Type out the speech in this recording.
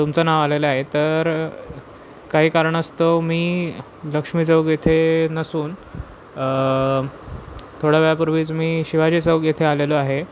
तुमचं नाव आलेलं आहे तर काही कारणास्तव मी लक्ष्मी चौक येथे नसून थोड्या वेळापूर्वीच मी शिवाजी चौक येथे आलेलो आहे